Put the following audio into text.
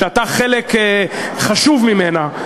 שאתה חלק חשוב ממנה,